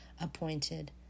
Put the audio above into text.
appointed